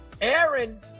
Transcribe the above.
aaron